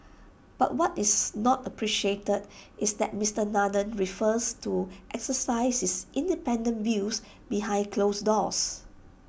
but what is not appreciated is that Mister Nathan prefers to exercise his independent views behind closed doors